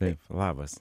taip labas